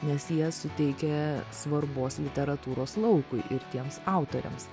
nes jie suteikia svarbos literatūros laukui ir tiems autoriams